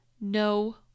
No